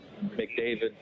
McDavid